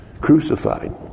crucified